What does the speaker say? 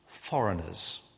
foreigners